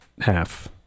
half